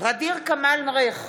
ע'דיר כמאל מריח,